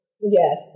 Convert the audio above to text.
Yes